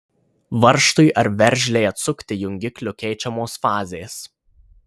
varžtui ar veržlei atsukti jungikliu keičiamos fazės